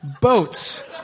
boats